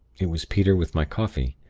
it was peter with my coffee.